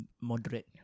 moderate